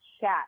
chat